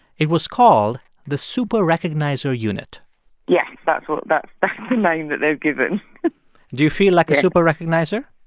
it was called the super-recognizer unit yeah that's what that's the name that they've given do you feel like a super-recognizer?